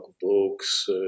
books